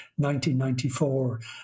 1994